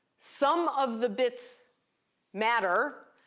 some of the bits matter,